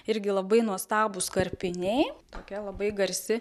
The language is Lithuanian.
irgi labai nuostabūs karpiniai tokia labai garsi